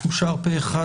הצבעה בעד, פה אחד